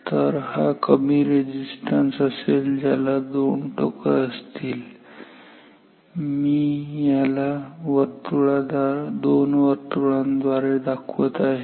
तर हा कमी रेझिस्टन्स असेल ज्याला दोन टोकं असतील याला मी दोन वर्तुळाद्वारे दाखवत आहे